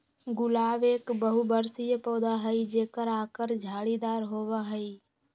गुलाब एक बहुबर्षीय पौधा हई जेकर आकर झाड़ीदार होबा हई